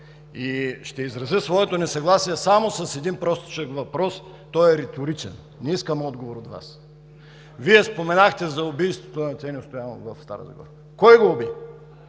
И ще изразя своето несъгласие само с един простичък въпрос – той е риторичен, не искам отговор от Вас. Вие споменахте за убийството на Теньо Стоилов в Стара Загора. Кой го уби?